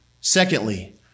Secondly